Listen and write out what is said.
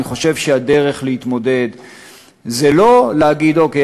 אני חושב שהדרך להתמודד זה לא להגיד: אוקיי,